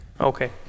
Okay